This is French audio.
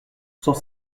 sans